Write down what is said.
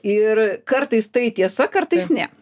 ir kartais tai tiesa kartais ne